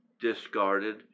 discarded